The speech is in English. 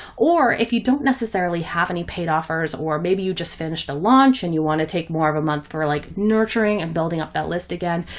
or if you don't necessarily have any paid offers or maybe you just finished a launch and you want to take more of a month. for like nurturing and building up that list. again,